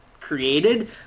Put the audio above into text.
created